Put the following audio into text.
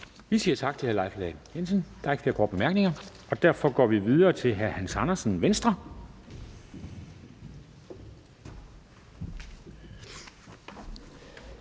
Vi siger tak til hr. Leif Lahn Jensen. Der er ikke flere korte bemærkninger, og derfor går vi videre til hr. Hans Andersen, Venstre.